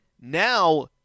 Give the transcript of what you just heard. Now